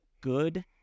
good